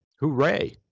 Hooray